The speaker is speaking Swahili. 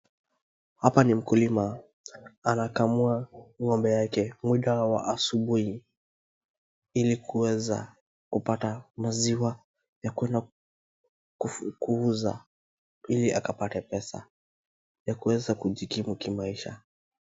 Hapa ni mkulima anakamua ng'ombe wake muda wa asubuhi ili kuweza kupata maziwa ya kuenda kuuza ili akapate pesa ya kuenda kujikimu kimaisha.